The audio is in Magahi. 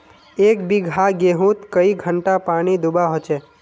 एक बिगहा गेँहूत कई घंटा पानी दुबा होचए?